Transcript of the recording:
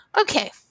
okay